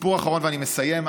סיפור אחרון, ואני מסיים.